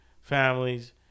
families